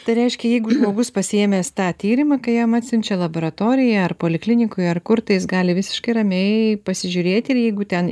tai reiškia jeigu žmogus pasiėmęs tą tyrimą kai jam atsiunčia laboratorija ar poliklinikoj ar kur tai jis gali visiškai ramiai pasižiūrėti ir jeigu ten